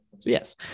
yes